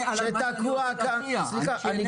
למעלה מ-38 שנים